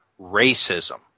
racism